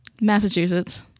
Massachusetts